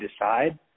decide